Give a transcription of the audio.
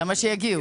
למה שיגיעו?